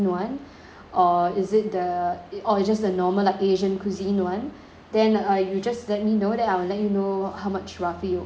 or is it the it or it just the normal like asian cuisine [one] then uh you just let me know then I will let you know how much roughly it will cost